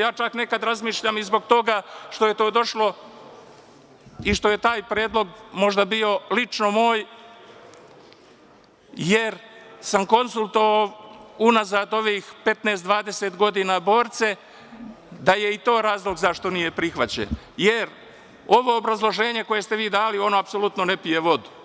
ja čak nekad razmišljam i zbog toga što je to došlo i što je taj predlog možda bio lično moj, jer sam konsultovao unazad ovih 15-20 godina borce, da je i to razlog zašto nije prihvaćen, jer ovo obrazloženje koje ste vi dali, ono apsolutno ne pije vodu.